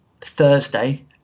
Thursday